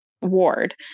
ward